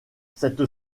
cette